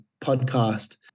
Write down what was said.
podcast